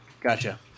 gotcha